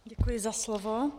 Děkuji za slovo.